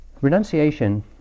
Renunciation